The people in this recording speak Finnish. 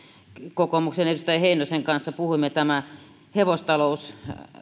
kokoomuksen edustaja heinosen kanssa puhuimme hevostalous ja